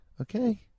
Okay